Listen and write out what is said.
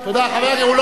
אתה מנהל אתנו משא-ומתן?